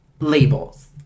labels